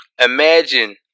imagine